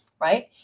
right